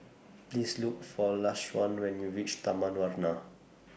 Please Look For Lashawn when YOU REACH Taman Warna